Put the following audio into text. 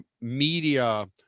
media